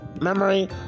memory